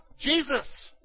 Jesus